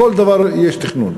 לכל דבר יש תכנון.